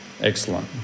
excellent